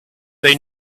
they